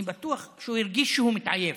אני בטוח שהוא הרגיש שהוא מתעייף,